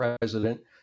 President